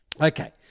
Okay